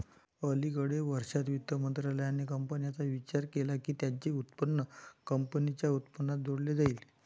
अलिकडे वर्षांत, वित्त मंत्रालयाने कंपन्यांचा विचार केला की त्यांचे उत्पन्न कंपनीच्या उत्पन्नात जोडले जाईल